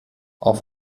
auf